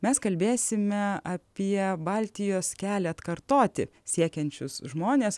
mes kalbėsime apie baltijos kelią atkartoti siekiančius žmones